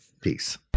Peace